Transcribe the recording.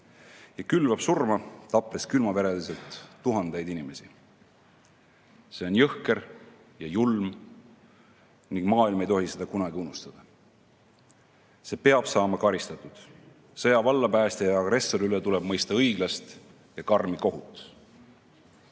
ja külvab surma, tappes külmavereliselt tuhandeid inimesi. See on jõhker ja julm. Maailm ei tohi seda kunagi unustada. See peab saama karistatud. Sõja vallapäästja ja agressori üle tuleb mõista õiglast ja karmi